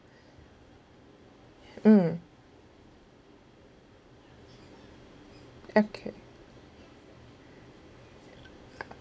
mm okay